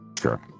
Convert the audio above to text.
Sure